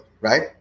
right